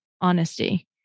honesty